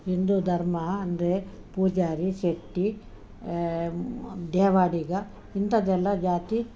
ಹಿಂದೂ ಧರ್ಮ ಅಂದರೆ ಪೂಜಾರಿ ಶೆಟ್ಟಿ ದೇವಾಡಿಗ ಇಂಥದ್ದೆಲ್ಲ ಜಾತಿ